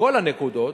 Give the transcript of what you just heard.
כל הנקודות,